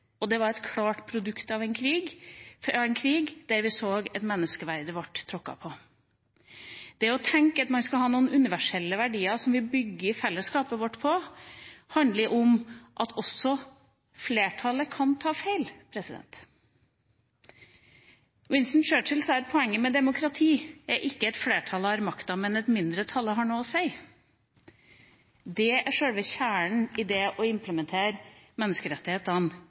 og det var et klart produkt fra en krig der vi så at menneskeverdet ble tråkket på. Det å tenke at man skal ha noen universelle verdier som vi bygger fellesskapet vårt på, handler om at også flertallet kan ta feil. Winston Churchill sa at poenget med demokrati ikke er at flertallet har makta, men at mindretallet har noe å si. Det er sjølve kjernen i det å implementere menneskerettighetene